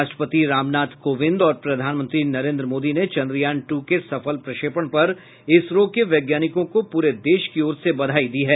राष्ट्रपति रामनाथ कोविंद और प्रधानमंत्री नरेन्द्र मोदी ने चंद्रयान टू के सफल प्रक्षेपण पर इसरो के वैज्ञानिकों को पूरे देश की ओर से बधाई दी है